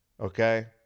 Okay